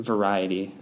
Variety